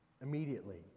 Immediately